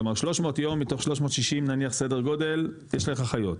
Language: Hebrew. כלומר 300 יום מתוך 360 נניח סדר גודל יש לך חיות,